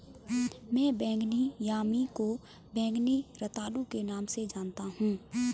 मैं बैंगनी यामी को बैंगनी रतालू के नाम से जानता हूं